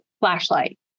flashlight